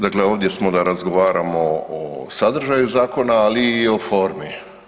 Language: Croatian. Dakle, ovdje smo da razgovaramo o sadržaju zakona, ali i o formi.